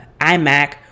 iMac